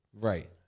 Right